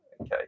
Okay